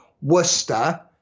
Worcester